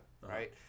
right